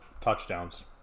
touchdowns